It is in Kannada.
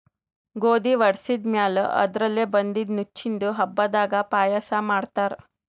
ಗೋಧಿ ವಡಿಸಿದ್ ಮ್ಯಾಲ್ ಅದರ್ಲೆ ಬಂದಿದ್ದ ನುಚ್ಚಿಂದು ಹಬ್ಬದಾಗ್ ಪಾಯಸ ಮಾಡ್ತಾರ್